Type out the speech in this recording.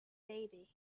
baby